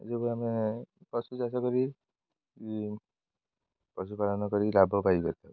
ଏ ଆମେ ପଶୁଚାଷ କରି ପଶୁପାଳନ କରି ଲାଭ ପାଇବା